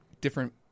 different